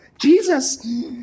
Jesus